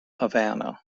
havana